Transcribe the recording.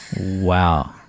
Wow